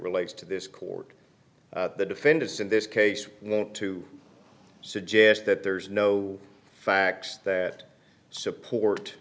relates to this court the defendants in this case want to suggest that there is no facts that support